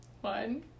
One